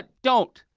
don't.